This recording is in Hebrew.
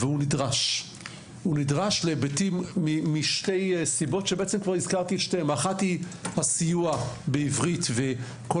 הוא נדרש משתי סיבות: האחת היא סיוע בעברית וכל